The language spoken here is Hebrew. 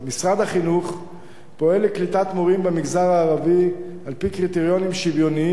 משרד החינוך פועל לקליטת מורים במגזר הערבי על-פי קריטריונים שוויוניים,